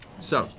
so.